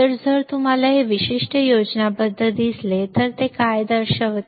तर जर तुम्हाला हे विशिष्ट योजनाबद्ध दिसले तर ते काय दर्शवते